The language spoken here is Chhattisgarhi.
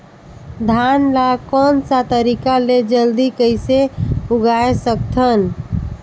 धान ला कोन सा तरीका ले जल्दी कइसे उगाय सकथन?